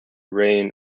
reign